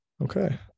Okay